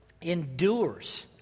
endures